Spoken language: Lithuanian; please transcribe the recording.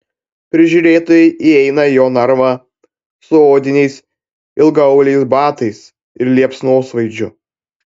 prižiūrėtojai įeina į jo narvą su odiniais ilgaauliais batais ir liepsnosvaidžiu